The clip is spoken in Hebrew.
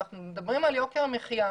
אנחנו מדברים על יוקר מחייה,